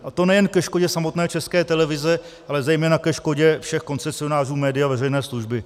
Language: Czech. A to nejen ke škodě samotné České televize, ale zejména ke škodě všech koncesionářů média veřejné služby.